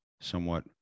somewhat